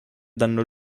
danno